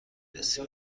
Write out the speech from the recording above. رسی